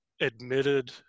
admitted